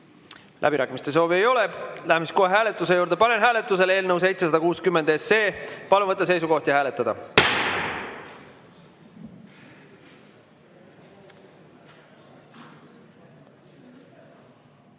Läbirääkimiste soovi ei ole. Läheme siis kohe lõpphääletuse juurde. Panen hääletusele eelnõu 760. Palun võtta seisukoht ja hääletada!